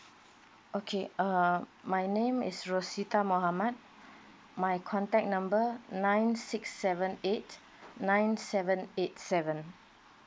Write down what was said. okay err my name is rosita mohamad my contact number nine six seven eight nine seven eight seven